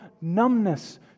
numbness